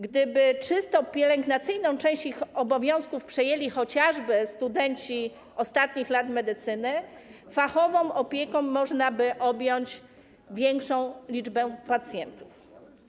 Gdyby pielęgnacyjną część ich obowiązków przejęli chociażby studenci ostatnich lat medycyny, fachową opieką można by objąć większą liczbę pacjentów.